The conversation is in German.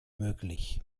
möglich